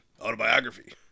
Autobiography